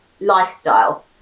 lifestyle